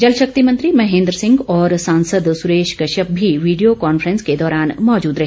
जल शक्ति मंत्री महेंद्र सिंह और सांसद सुरेश कश्यप भी वीडियो कांफ्रेंस के दौरान मौजूद रहे